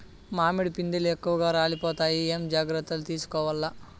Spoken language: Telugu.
మామిడి పిందెలు ఎక్కువగా రాలిపోతాయి ఏమేం జాగ్రత్తలు తీసుకోవల్ల?